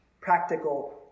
practical